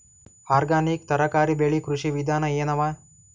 Organic ತರಕಾರಿ ಬೆಳಿ ಕೃಷಿ ವಿಧಾನ ಎನವ?